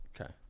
Okay